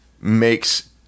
makes